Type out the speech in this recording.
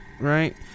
right